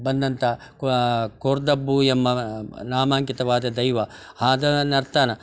ಬಂದಂಥ ಕೋರ್ದಬ್ಬು ಎಂಬ ನಾಮಾಂಕಿತವಾದ ದೈವ ಆದನ ನರ್ತನ